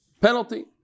Penalty